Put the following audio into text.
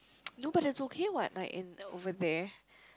no but that's okay what like in over there